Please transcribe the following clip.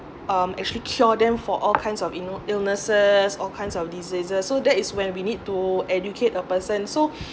um actually cure them for all kinds of you know illnesses all kinds of diseases so that is when we need to educate a person so